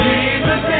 Jesus